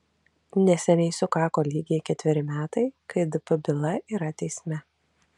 neseniai sukako lygiai ketveri metai kai dp byla yra teisme